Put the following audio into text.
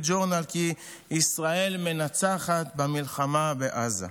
ג'ורנל כי ישראל מנצחת במלחמה בעזה.